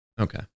Okay